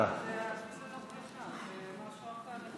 תודה רבה.